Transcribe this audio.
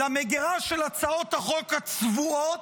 למגירה של הצעות החוק הצבועות,